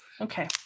Okay